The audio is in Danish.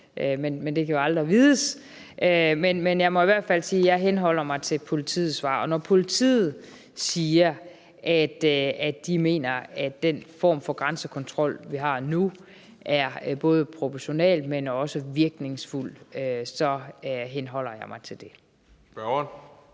men det kan aldrig vides. Jeg må i hvert fald sige, at jeg henholder mig til politiets svar, og når politiet siger, at de mener, at den form for grænsekontrol, vi har nu, er både proportional, men også virkningsfuld, så henholder jeg mig til det. Kl.